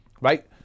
right